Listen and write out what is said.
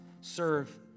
serve